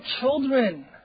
children